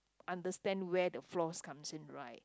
understand where the flaws comes in right